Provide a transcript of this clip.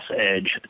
Edge